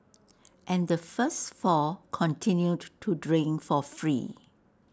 and the first four continued to drink for free